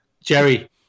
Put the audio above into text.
Jerry